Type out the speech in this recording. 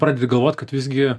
pradedi galvot kad visgi